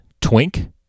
twink